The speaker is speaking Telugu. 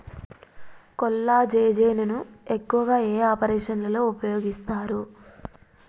కొల్లాజెజేని ను ఎక్కువగా ఏ ఆపరేషన్లలో ఉపయోగిస్తారు?